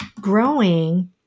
growing